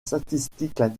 statistiques